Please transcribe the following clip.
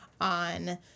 on